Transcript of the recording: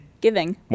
Giving